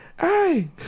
hey